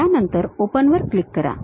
त्यानंतर Open वर click करा